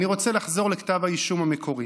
אני רוצה לחזור לכתב האישום המקורי.